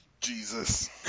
Jesus